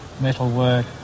metalwork